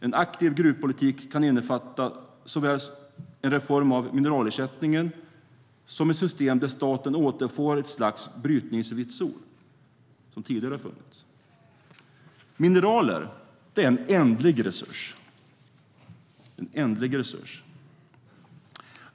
En aktiv gruvpolitik kan innefatta såväl en reformering av mineralersättningen som ett system där staten återfår ett slags brytningsvitsord, som tidigare har funnits. Mineraler är en ändlig resurs.